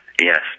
Yes